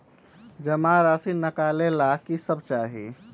जमा राशि नकालेला कि सब चाहि?